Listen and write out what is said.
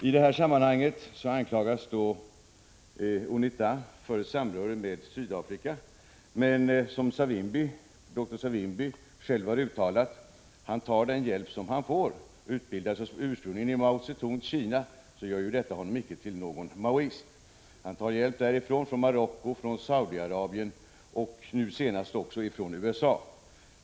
I detta sammanhang anklagas UNITA för samröre med Sydafrika, men som doktor Savimbi själv har uttalat tar han den hjälp han får. Även om han själv ursprungligen är utbildad i Mao Tsetungs Kina gör detta honom icke till någon maoist. Han tar hjälp därifrån, från Marocko, från Saudi-Arabien och, som nu senast, också från USA.